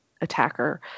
attacker